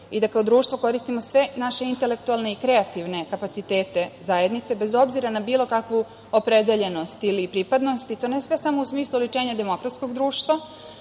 i da kao društvo koristimo sve naše intelektualne i kreativne kapacitete zajednice, bez obzira na bilo kakvu opredeljenost ili pripadnost i to ne sve samo u smislu oličenja demokratskog društva,